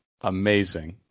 Amazing